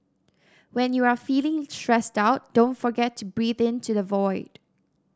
when you are feeling stressed out don't forget to breathe into the void